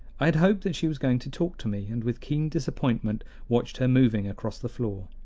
i had hoped that she was going to talk to me, and with keen disappointment watched her moving across the floor.